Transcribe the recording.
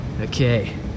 Okay